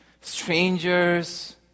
strangers